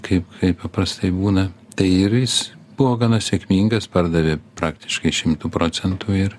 kaip paprastai būna tai ir jis buvo gana sėkmingas pardavė praktiškai šimtu procentų ir